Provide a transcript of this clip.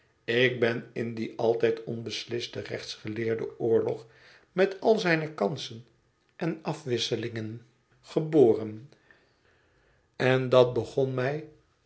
ik ben in dien altijd onbeslisten rechtsgeleerden oorlog met al zijne kansen en afwisselingen geboren en dat begon mij